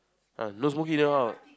err no smoking in the house